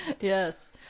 Yes